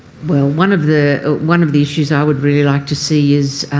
well, one of the one of the issues i would really like to see is